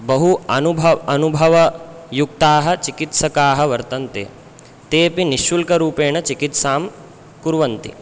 बहु अनुभ अनुभवयुक्ताः चिकित्सकाः वर्तन्ते तेऽपि निःशुल्करूपेण चिकित्सां कुर्वन्ति